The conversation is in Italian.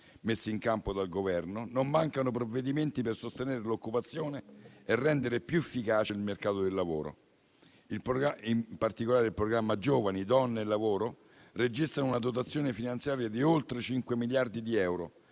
messi in campo dal Governo. Non mancano provvedimenti per sostenere l'occupazione e rendere più efficace il mercato del lavoro. In particolare, il Programma nazionale giovani, donne e lavoro registra una dotazione finanziaria di oltre 5 miliardi di euro.